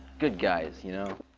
good guys, you know.